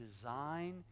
design